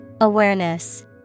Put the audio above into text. Awareness